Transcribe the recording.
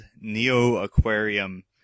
Neo-Aquarium